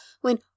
when